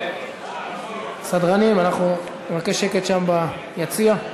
סדרנים, אנחנו נבקש שקט שם ביציע.